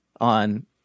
on